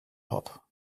hop